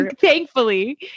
thankfully